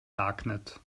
darknet